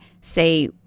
say